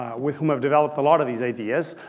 with whom i've developed a lot of these ideas.